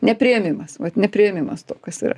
nepriėmimas vat nepriėmimas to kas yra